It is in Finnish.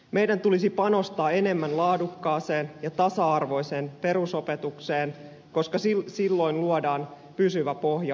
meidän tulisi panostaa enemmän laadukkaaseen ja tasa arvoiseen perusopetukseen koska silloin luodaan pysyvä pohja oppimiselle